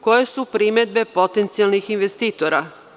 Koje su primedbe potencijalnih investitora?